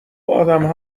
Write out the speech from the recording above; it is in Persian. ادمها